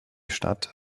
stadt